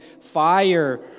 fire